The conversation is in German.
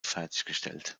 fertiggestellt